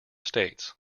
states